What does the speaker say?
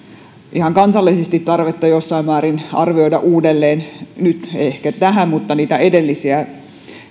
ihan kansallisesti tarvetta jossain määrin arvioida näitä uudelleen nyt ei ehkä tähän liittyen mutta ajatellen niitä edellisiä